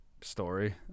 story